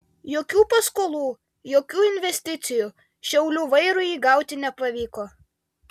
jokių paskolų jokių investicijų šiaulių vairui gauti nepavyko